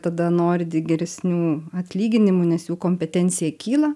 tada nori di geresnių atlyginimų nes jų kompetencija kyla